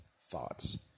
thoughts